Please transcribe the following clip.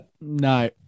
no